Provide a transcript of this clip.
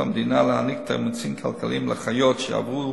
המדינה להעניק תמריצים כלכליים לאחיות שיעברו